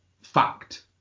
fact